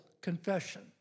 confession